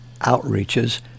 outreaches